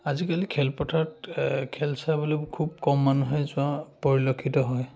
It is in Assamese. আজিকালি খেলপথাৰত খেল চাবলৈ খুব কম মানুহে যোৱা পৰিলক্ষিত হয়